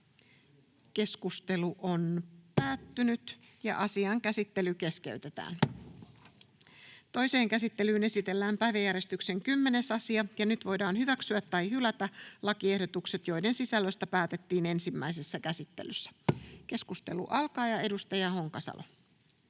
99 ja 108 §:n muuttamisesta Time: N/A Content: Toiseen käsittelyyn esitellään päiväjärjestyksen 10. asia. Nyt voidaan hyväksyä tai hylätä lakiehdotukset, joiden sisällöstä päätettiin ensimmäisessä käsittelyssä. — Keskustelu alkaa. Edustaja Honkasalo.